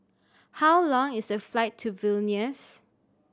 how long is the flight to Vilnius